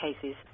cases